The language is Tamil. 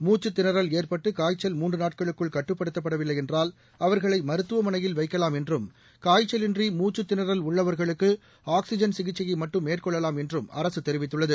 மூச்சுத் திணறல் ஏற்பட்டு காய்ச்சல் மூன்று நாட்களுக்குள் கட்டுப்படுத்தப்படவில்லை என்றால் அவர்களை மருத்துவமனியல் வைக்கலாம் என்றும் காய்ச்சலின்றி மூச்சுத்தினறல் உள்ளவர்களுக்கு ஆக்ஸிஜன் சிகிச்சையை மட்டும் மேற்கொள்ளலாம் என்றும் அரசு தெரிவித்துள்ளது